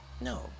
No